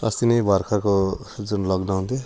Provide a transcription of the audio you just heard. अस्ति नै भर्खरको जुन लकडाउन थियो